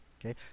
okay